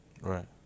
Right